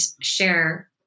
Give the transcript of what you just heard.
share